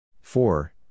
four